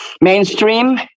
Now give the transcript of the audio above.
mainstream